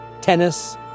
tennis